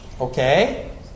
Okay